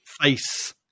face